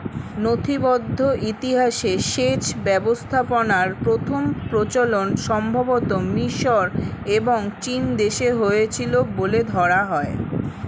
নথিবদ্ধ ইতিহাসে সেচ ব্যবস্থাপনার প্রথম প্রচলন সম্ভবতঃ মিশর এবং চীনদেশে হয়েছিল বলে ধরা হয়